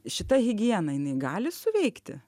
šita higienai jinai gali suveikti